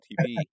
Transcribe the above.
TV